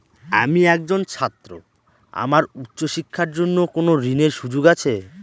আমি একজন ছাত্র আমার উচ্চ শিক্ষার জন্য কোন ঋণের সুযোগ আছে?